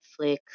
Netflix